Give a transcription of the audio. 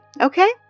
okay